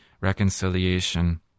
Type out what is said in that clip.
reconciliation